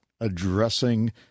addressing